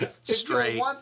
straight